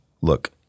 look